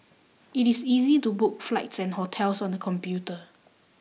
it is easy to book flights and hotels on the computer